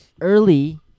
early